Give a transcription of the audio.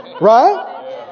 Right